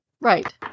Right